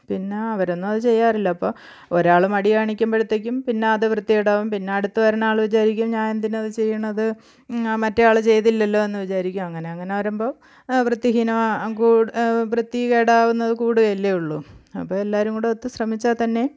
പിന്നെ അവരൊന്നും അത് ചെയ്യാറില്ല അപ്പോൾ ഒരാൾ മടി കാണിക്കുമ്പോഴത്തേക്കും പിന്നെ അത് വൃത്തികേടാവും പിന്നെ അടുത്ത വരുന്ന ആൾ വിചാരിക്കും ഞാൻ എന്തിന് അത് ചെയ്യുന്നത് മറ്റേ ആൾ ചെയ്തില്ലല്ലോ എന്ന് വിചാരിക്കും അങ്ങനെ അങ്ങനെ വരുമ്പോൾ വൃത്തിഹീനം വൃത്തികേടാവുന്ന കൂടുകയല്ലേ ഉള്ളൂ അപ്പോൾ എല്ലാവരും കൂടെ ഒത്തു ശ്രമിച്ചാൽ തന്നെ